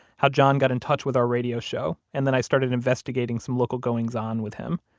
how john got in touch with our radio show, and then i started investigating some local goings-on with him.